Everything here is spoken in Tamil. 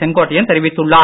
செங்கோட்டையன் தெரிவித்துள்ளார்